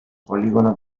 polígonos